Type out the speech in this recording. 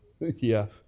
Yes